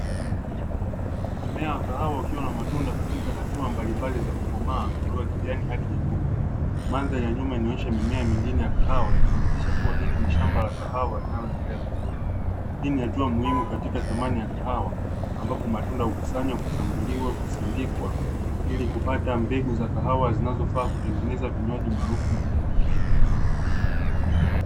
Mmea wa kahawa ukiwa na matunda katika hatua mbalimbali za kukomaa kutoka kijani hadi nyekundu. Mandhari ya nyuma inaoonyesha mimea mingine ya kahawa ikithibitisha kuwa hili ni shamba la kahawa linaloendelea vizuri, hii ni hatua muhimu katika thamani ya kahawa ambapo matunda hukusanywa, kuchambuliwa kuzindikwa ili kupata mbegu za kahawa zinazofaa kutengeneza vinywaji maarufu duniani.